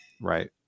right